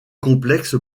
complexe